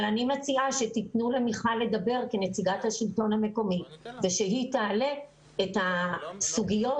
אני מציעה שתתנו למיכל לדבר כנציגת השלטון המקומי ושהיא תעלה את הסוגיות